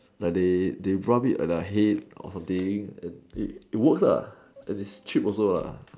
like they they rub it at their head or something and and it works and it's cheap also